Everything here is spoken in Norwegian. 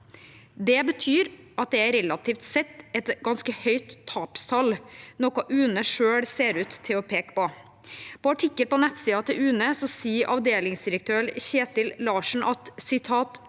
Det betyr at det er et relativt sett ganske høyt tapstall, noe UNE selv ser ut til å peke på. I artikkelen på nettsidene til UNE sier avdelingsdirektør Kjetil Larsen: